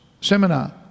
seminar